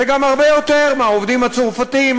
וגם הרבה יותר מהעובדים הצרפתים,